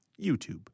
YouTube